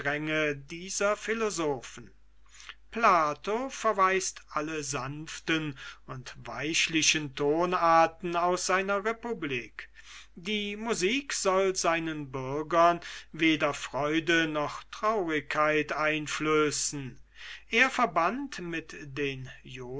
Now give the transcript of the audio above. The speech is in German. dieser philosophen plato verweiset alle sanften und weichlichen tonarten aus seiner republik die musik soll seinen bürgern weder freude noch traurigkeit einflößen er verbannet mit den